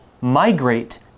migrate